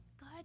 God